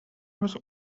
was